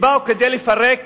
שבאו כדי לפרק